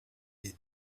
les